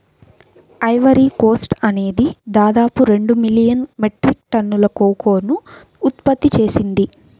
Ivory Coast అనేది దాదాపు రెండు మిలియన్ మెట్రిక్ టన్నుల కోకోను ఉత్పత్తి చేసింది